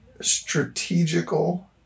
strategical